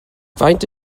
faint